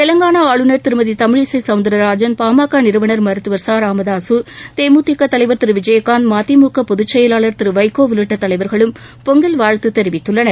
தெலங்கானா ஆளுநர் திருமதி தமிழிசை சௌந்தரராஜன் பாமக நிறுவனார் மருத்துவர் ச ராமதாசு தேமுதிக தலைவர் திரு விஜயகாந்த் மதிமுக பொதுச் செயவாளர் திரு வைகோ உள்ளிட்ட தலைவர்களும் பொங்கல் வாழ்த்து தெரிவித்துள்ளனர்